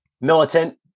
militant